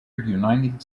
united